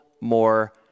more